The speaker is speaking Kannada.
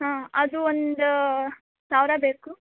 ಹಾಂ ಅದು ಒಂದು ಸಾವಿರ ಬೇಕು